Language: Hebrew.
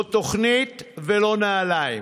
לא תוכנית ולא נעליים.